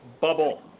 bubble